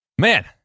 man